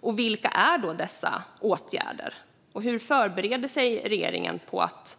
Och vilka är då dessa åtgärder, och hur förbereder sig regeringen på att